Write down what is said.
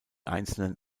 einzelnen